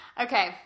Okay